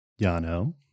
Yano